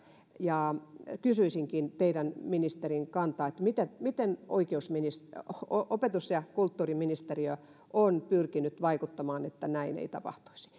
ja kysyisinkin teidän ministerin kantaa että miten opetus ja kulttuuriministeriö on pyrkinyt vaikuttamaan että näin ei tapahtuisi